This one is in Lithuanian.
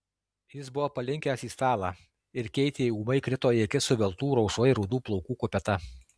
jis buvo palinkęs į stalą ir keitei ūmai krito į akis suveltų rausvai rudų plaukų kupeta